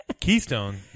Keystone